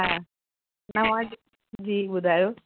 हा तव्हां जी ॿुधायो